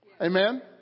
Amen